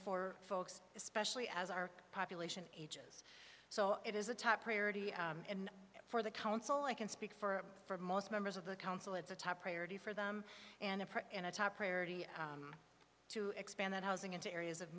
for folks especially as our population ages so it is a top priority for the council i can speak for for most members of the council it's a top priority for them and in a top priority to expand that housing into areas of